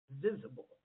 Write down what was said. visible